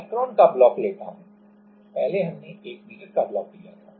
अब मैं 1 μm का ब्लॉक लेता हूं पहले हमने 1 मीटर का ब्लॉक लिया था